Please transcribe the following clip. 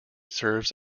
serves